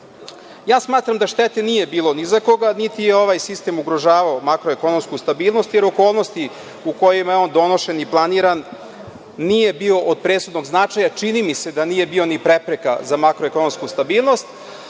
da štete nije bilo ni za koga, niti je ovaj sistem ugrožavao makroekonomsku stabilnost, jer u okolnostima u kojima je on donošen i planiran nije bio od presudnog značaja, a čini mi se da nije bio ni prepreka za makroekonomsku stabilnost.